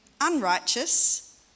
unrighteous